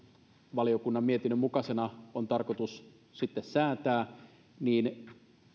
valiokunnan mietinnön mukaisena on tarkoitus sitten säätää niin